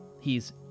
He's